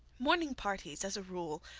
morning parties, as a rule,